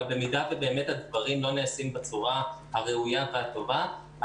אבל במידה ובאמת הדברים לא נעשים בצורה הטובה והראויה אז